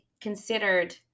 considered